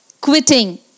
quitting